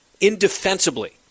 indefensibly